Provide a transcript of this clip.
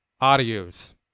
adios